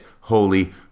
holy